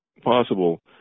possible